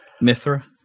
Mithra